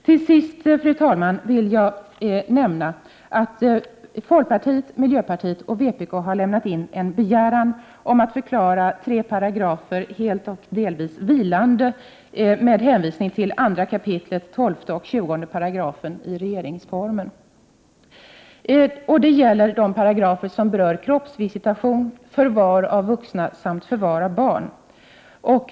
Till sist, fru talman, vill jag nämna att folkpartiet, miljöpartiet och vpk har lämnat in en begäran att riksdagen skall förklara tre paragrafer helt eller delvis vilände med hänvisning till 2 kap. 12 och 20 §§ i regeringsformen. Det gäller paragraferna om kroppsvisitation, förvar av vuxna samt förvar av barn.